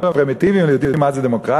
הם פרימיטיבים, הם יודעים מה זה דמוקרטיה?